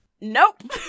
Nope